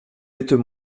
êtes